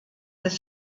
des